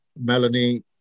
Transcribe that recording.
Melanie